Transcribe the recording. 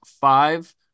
five